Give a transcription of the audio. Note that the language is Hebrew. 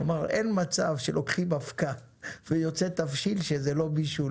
כלומר אין מצב שלוקחים אבקה ויוצא תבשיל כשזה לא בישול.